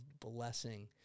blessing